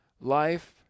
Life